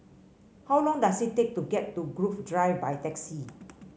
how long does it take to get to Grove Drive by taxi